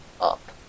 up